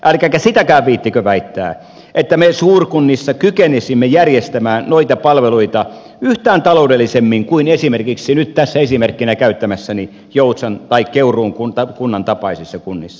älkääkä sitäkään viitsikö väittää että me suurkunnissa kykenisimme järjestämään noita palveluita yhtään taloudellisemmin kuin esimerkiksi esimerkkeinä käyttämissäni joutsan tai keuruun kunnan tapaisissa kunnissa